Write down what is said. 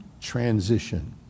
Transition